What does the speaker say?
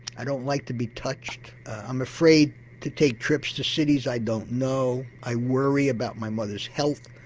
i don't like to be touched, i'm afraid to take trips to cities i don't know, i worry about my mother's health'.